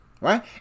Right